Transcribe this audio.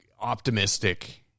optimistic